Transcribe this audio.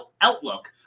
outlook